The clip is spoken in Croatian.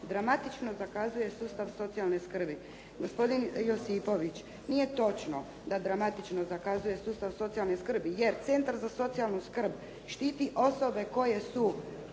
"dramatično zakazuje sustav socijalne skrbi." Gospodin Josipović, nije točno da dramatično zakazuje sustav socijalne skrbi jer centar za socijalnu skrb štiti osobe koje su